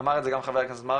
אמר את זה גם חה"כ מרגי,